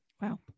Wow